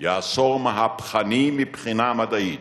יהיה עשור מהפכני מבחינה מדעית.